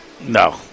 No